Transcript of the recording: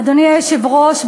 אדוני היושב-ראש,